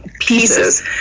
pieces